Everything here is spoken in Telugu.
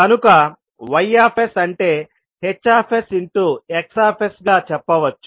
కనుక Yఅంటే HX గా చెప్పవచ్చు